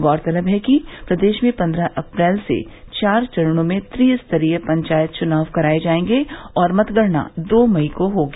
गौरतलब है कि प्रदेश में पन्द्रह अप्रैल से चार चरणों में त्रिस्तरीय पंचायत चुनाव कराये जायेंगे और मतगणना दो मई को होगी